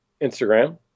Instagram